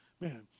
man